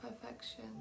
perfection